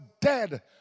dead